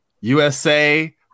USA